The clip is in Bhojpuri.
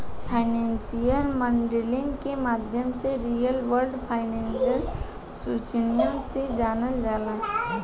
फाइनेंशियल मॉडलिंग के माध्यम से रियल वर्ल्ड फाइनेंशियल सिचुएशन के जानल जाला